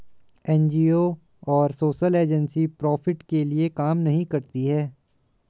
NGO और social agency profit के लिए काम नहीं करती है